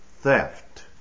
theft